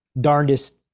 darndest